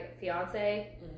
fiance